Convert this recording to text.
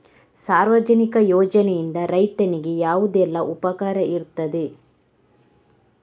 ಸಾರ್ವಜನಿಕ ಯೋಜನೆಯಿಂದ ರೈತನಿಗೆ ಯಾವುದೆಲ್ಲ ಉಪಕಾರ ಇರ್ತದೆ?